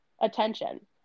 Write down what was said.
attention